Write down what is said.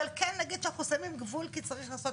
אבל כן נגיד שאנחנו גבול כי צריך לעשות